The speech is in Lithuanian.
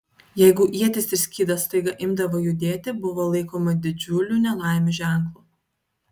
jeigu ietis ir skydas staiga imdavo judėti buvo laikoma didžiulių nelaimių ženklu